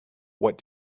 what